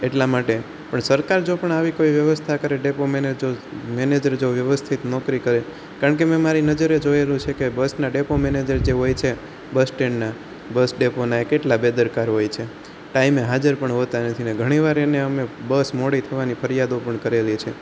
એટલા માટે પણ સરકાર જો પણ આવી કોઈ વ્યવસ્થા કરે ડેપો મેનેજર મેનેજર જો વ્યવસ્થિત નોકરી કરે કારણ કે મેં મારી નજરે જોયેલું છે કે બસના ડેપો મેનેજર જે હોય છે બસ સ્ટેન્ડના બસ ડેપોના એ કેટલા બેદરકાર હોય છે ટાઇમે હાજર પણ હોતા નથી ઘણીવાર અમને અમે બસ મોડી થવાની ફરિયાદો પણ કરેલી છે